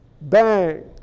bang